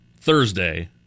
Thursday